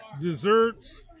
desserts